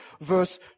verse